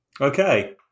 Okay